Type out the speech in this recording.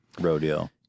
rodeo